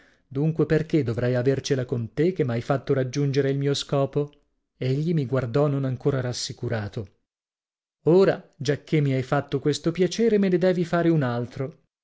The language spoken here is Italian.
dunque perché dovrei avercela con te che m'hai fatto raggiungere il mio scopo egli mi guardò non ancora rassicurato ora giacché mi hai fatto questo piacere me ne devi fare un altro